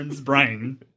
brain